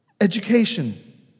education